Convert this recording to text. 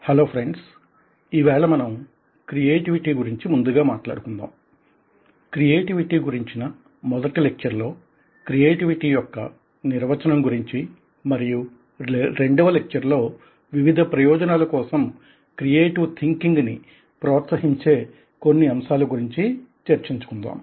hello friends ఇవాళ మనం creativity గురించి ముందుగా మాట్లాడుకుందాం క్రియేటివిటీ గురించిన మొదటి లెక్చర్ లో క్రియేటివిటీ యొక్క నిర్వచనం గురించి మరియు రెండవ లెక్చర్ లో వివిధ ప్రయోజనాల కోసం క్రియేటివ్ థింకింగ్ ని ప్రోత్సహించే కొన్ని అంశాల గురించి చర్చించుకుందాం